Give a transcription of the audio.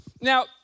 Now